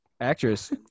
actress